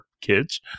kids